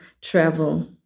travel